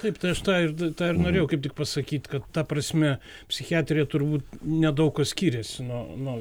taip tai aš tą ir tą ir norėjau kaip tik pasakyt kad ta prasme psichiatrija turbūt nedaug kuo skyrėsi nuo nuo